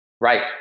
Right